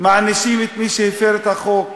מענישים את מי שהפר את החוק,